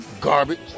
Garbage